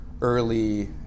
early